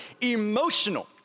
emotional